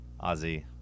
Ozzy